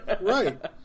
Right